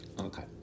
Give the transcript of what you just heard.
Okay